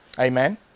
Amen